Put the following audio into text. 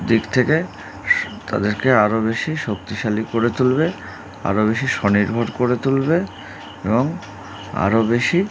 দিক থেকে তাদেরকে আরও বেশি শক্তিশালী করে তুলবে আরও বেশি স্বনির্ভর করে তুলবে এবং আরও বেশি